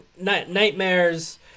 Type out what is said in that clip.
nightmares